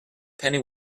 penny